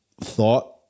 thought